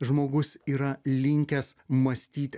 žmogus yra linkęs mąstyti